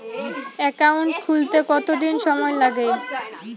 Account খুলতে কতদিন সময় লাগে?